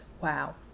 Wow